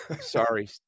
Sorry